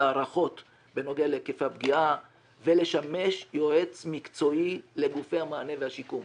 הערכות בנוגע להיקפי הפגיעה ולשמש יועץ מקצועי לגופי המענה והשיקום".